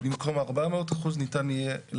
לא תובא בחשבון תוספת בנייה למבנה שניתן היתר